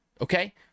okay